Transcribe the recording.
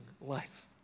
life